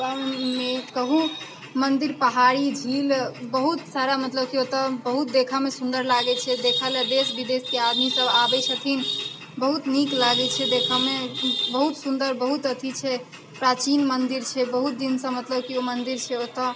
परमे कहू मन्दिर पहाड़ी झील बहुत सारा मतलब कि बहुत देखऽमे ओतहु सुन्दर लागै छै देखऽलए देश विदेशके आदमीसब आबै छथिन बहुत नीक लागै छै देखऽमे बहुत सुन्दर बहुत अथि छै प्राचीन मन्दिर छै बहुत दिनसँ मतलब कि ओ मन्दिर छै ओतऽ